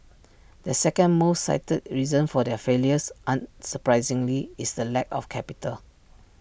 the second most cited reason for their failures unsurprisingly is the lack of capital